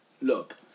look